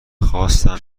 خواستم